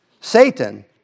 Satan